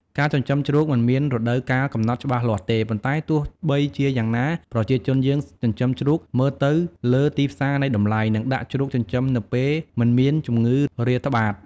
ការចិញ្ចឹមជ្រូកមិនមានរដូវកាលកំណត់ច្បាស់លាស់ទេ ប៉ុន្តែទោះបីជាយ៉ាងណាប្រជាជនយើងចិញ្ចឹមជ្រូកមើលទៅលើទីផ្សារនៃតម្លៃ និងដាក់ជ្រូកចិញ្ចឹមនៅពេលមិនមានជំងឺរាតត្បាត។